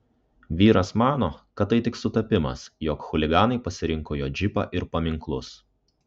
vyras mano kad tai tik sutapimas jog chuliganai pasirinko jo džipą ir paminklus